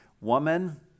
woman